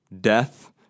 Death